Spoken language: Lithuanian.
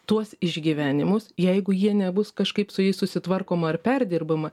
tuos išgyvenimus jeigu jie nebus kažkaip su jais susitvarkoma ar perdirbama